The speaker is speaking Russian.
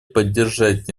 поддержать